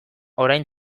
orain